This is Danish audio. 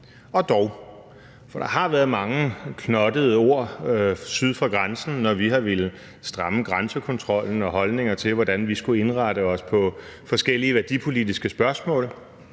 og dog. For der har været mange knubbede ord syd for grænsen, når vi har villet stramme grænsekontrollen, og holdninger til, hvordan vi skulle indrette os i forskellige værdipolitiske spørgsmål.